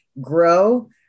grow